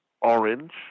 orange